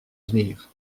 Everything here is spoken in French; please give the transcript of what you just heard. venir